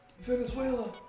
Venezuela